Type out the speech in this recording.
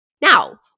Now